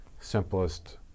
simplest